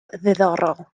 ddiddorol